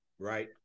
Right